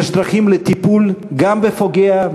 יש דרכים לטיפול גם בפוגע,